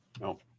no